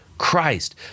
Christ